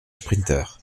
sprinteurs